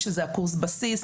שזה קורס בסיס,